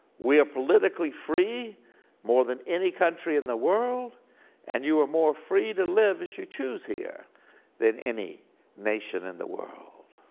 we are politically free more than any country in the world and you are more free to live as you choose here than any nation in the world.